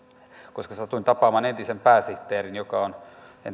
koska satuin tapaamaan entisen pääsihteerin joka on entinen